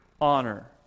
honor